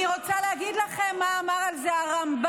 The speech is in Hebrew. אני רוצה להגיד לכם מה אמר על זה הרמב"ם.